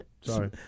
Sorry